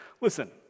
Listen